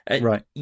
Right